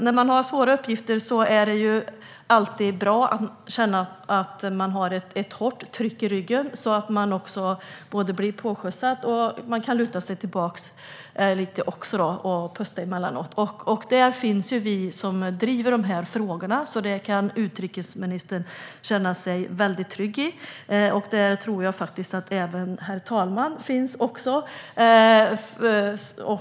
När man har svåra uppgifter är det alltid bra att känna att man har ett hårt tryck i ryggen så att man både blir framskjutsad och kan luta sig tillbaka lite grann emellanåt och pusta. Där finns vi, som driver dessa frågor, så det kan utrikesministern känna sig väldigt trygg i. Jag tror faktiskt att även herr talmannen finns där.